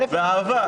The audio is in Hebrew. באהבה.